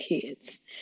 kids